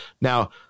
Now